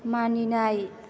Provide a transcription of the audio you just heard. मानिनाय